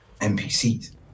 NPCs